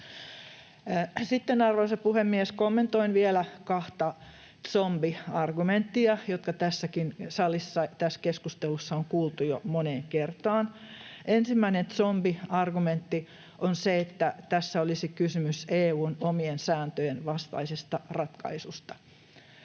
Sitten, arvoisa puhemies, kommentoin vielä kahta zombiargumenttia, jotka tässäkin salissa, tässä keskustelussa on kuultu jo moneen kertaan. Ensimmäinen zombiargumentti on se, että tässä olisi kysymys EU:n omien sääntöjen vastaisesta ratkaisusta.